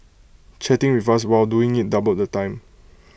chatting with us while doing IT doubled the time